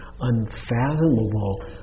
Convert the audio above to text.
unfathomable